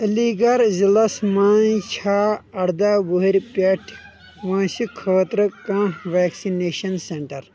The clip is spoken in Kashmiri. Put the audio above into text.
عٔلی گَڑھ ضلعس مَنٛز چھا اردَہ وُہٕرۍ پیٚٹھ وٲنٛسہِ خٲطرٕ کانٛہہ ویکسِنیشن سینٹر ؟